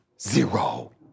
zero